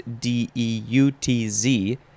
D-E-U-T-Z